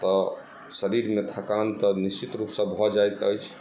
तऽ शरीरमे थकान तऽ निश्चित रूपसँ भऽ जाइत अछि